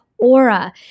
aura